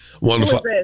Wonderful